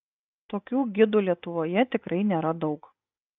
tokių gidų lietuvoje tikrai nėra daug